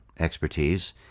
expertise